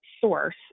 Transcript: source